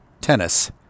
Tennis